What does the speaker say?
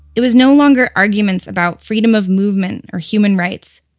it was no longer arguments about freedom of movement or human rights.